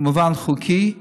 כמובן חוקי,